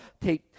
take